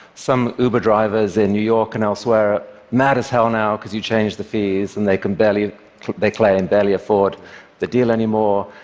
some uber drivers in new york and elsewhere are mad as hell now because you changed the fees and they can barely they claim barely afford the deal anymore.